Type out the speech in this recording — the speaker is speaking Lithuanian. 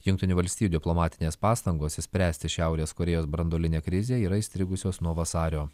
jungtinių valstijų diplomatinės pastangos išspręsti šiaurės korėjos branduolinę krizę yra įstrigusios nuo vasario